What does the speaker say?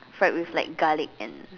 fried with like garlic and